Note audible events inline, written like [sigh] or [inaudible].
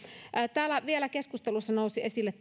täällä vielä keskustelussa nousi esille [unintelligible]